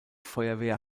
feuerwehr